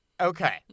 okay